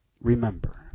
Remember